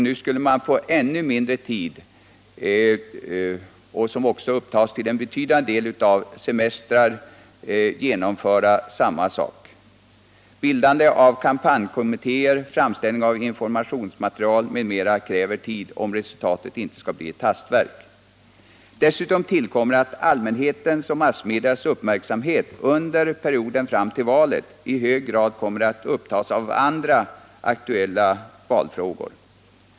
Nu skulle man få ännu mindre tid — en period som dessutom till betydande del upptas av semestrar — för att genomföra samma sak. Bildande av kampanjkommittér, framställning av informationsmaterial m.m. kräver tid om resultatet inte skall bli ett hastverk. Dessutom tillkommer att allmänhetens och massmedias uppmärksamhet under perioden fram till valet i hög grad kommer att upptas av andra aktuella valfrågor.